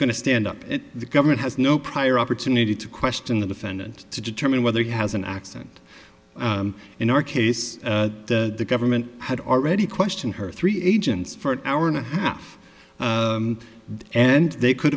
going to stand up the government has no prior opportunity to question the defendant to determine whether he has an accent in our case that the government had already questioned her three agents for an hour and a half and they could